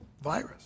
virus